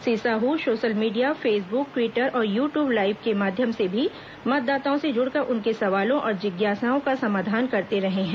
Shri Sahu social media Facebook Twitter और YouTube live के माध्यम से भी मतदाताओं से जुड़कर उनके सवालों और जिज्ञासाओं का समाधान करते रहे हैं